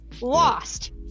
lost